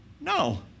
No